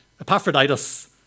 Epaphroditus